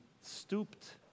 stooped